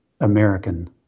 American